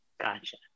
gotcha